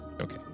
okay